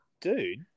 dude